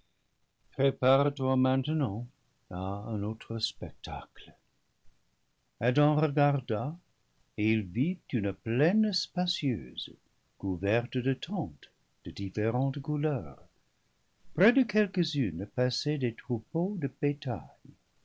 maintenant à un autre spectacle adam regarda et il vit une plaine spacieuse couverte de tentes de différentes couleurs près de quelques-unes paissaient des troupeaux de